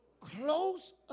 Close